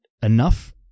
enough